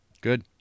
Good